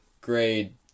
grade